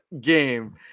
game